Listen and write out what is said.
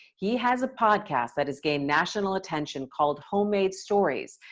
he has a podcast that has gained national attention called homemade stories.